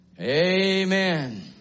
Amen